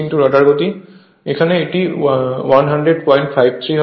অর্থাৎ এখানে এটি 10053 হবে